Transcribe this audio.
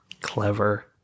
Clever